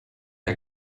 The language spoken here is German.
der